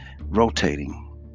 rotating